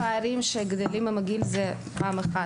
כן, אלה פערים שגדלים עם הגיל, זה פעם אחת.